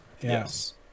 Yes